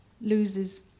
loses